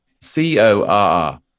C-O-R-R